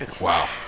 Wow